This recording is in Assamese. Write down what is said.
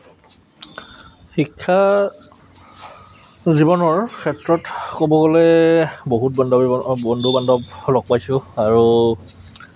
শিক্ষা জীৱনৰ ক্ষেত্ৰত ক'ব গ'লে বহুত বান্ধৱী বন্ধু বান্ধৱ লগ পাইছোঁ আৰু